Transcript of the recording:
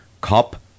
Cop